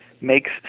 makes